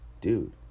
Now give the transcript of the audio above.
dude